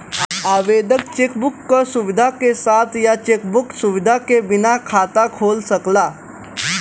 आवेदक cheque book क सुविधा के साथ या चेक बुक सुविधा के बिना खाता खोल सकला